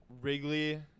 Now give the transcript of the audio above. Wrigley